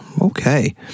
Okay